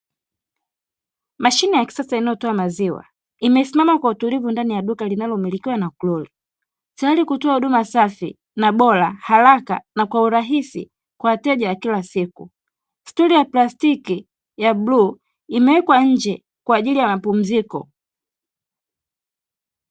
Mashine ya kisasa inayotoa maziwa imesimama kwa utulivu ndani ya duka linalomilikiwa na kulo tayari kutoa huduma safi na bora, haraka na kwa urahisi kwa wateja wa kila siku stuli ya plastiki ya bluu imewekwa nje kwa ajili ya mapumziko.